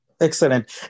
excellent